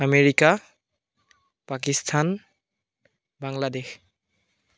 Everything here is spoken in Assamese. আমেৰিকা পাকিস্তান বাংলাদেশ